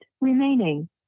remaining